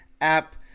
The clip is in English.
app